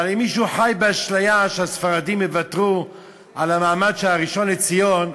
אבל אם מישהו חי באשליה שהספרדים יוותרו על המעמד של הראשון לציון,